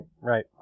Right